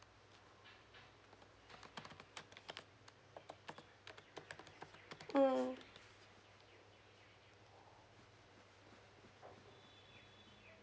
mm